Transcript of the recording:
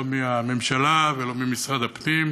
לא מהממשלה ולא ממשרד הפנים,